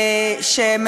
נחמן שי הזכיר אותם.